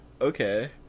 Okay